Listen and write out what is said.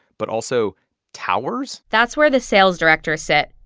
but also towers that's where the sales directors sit,